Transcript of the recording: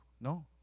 no